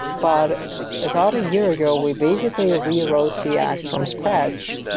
but about a year ago, we basically rewrote react from scratch,